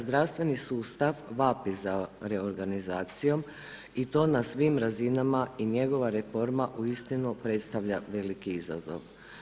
Zdravstveni sustav vapi za reorganizacijom i to na svim razinama i njegova reforma uistinu predstavlja veliki izazov.